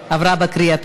הניצחון על גרמניה הנאצית,